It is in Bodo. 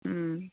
उम